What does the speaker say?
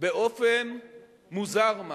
באופן מוזר משהו,